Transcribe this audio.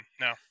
No